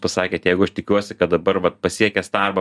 pasakėt jeigu aš tikiuosi kad dabar vat pasiekęs darbą